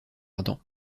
ardent